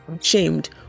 shamed